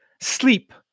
sleep